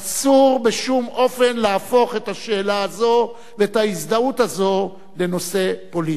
אסור בשום אופן להפוך את השאלה הזאת ואת ההזדהות הזאת לנושא פוליטי.